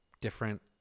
different